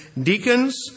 deacons